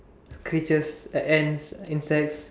creatures a~ ants insects